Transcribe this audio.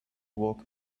woke